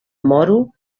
moro